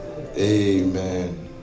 Amen